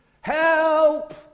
Help